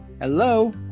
hello